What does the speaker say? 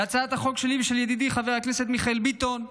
להצעת החוק שלי ושל ידידי חבר הכנסת מיכאל ביטון.